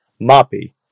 moppy